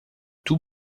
tout